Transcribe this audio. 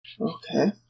Okay